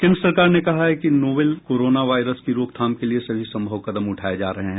केन्द्र सरकार ने कहा है कि नोवल कोरोना वायरस की रोकथाम के लिए सभी संभव कदम उठाये जा रहे हैं